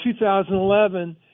2011